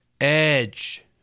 Edge